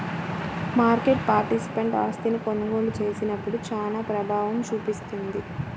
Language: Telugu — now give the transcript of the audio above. మార్కెట్ పార్టిసిపెంట్ ఆస్తిని కొనుగోలు చేసినప్పుడు చానా ప్రభావం చూపిస్తుంది